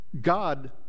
God